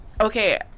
Okay